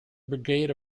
brigade